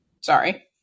Sorry